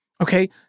Okay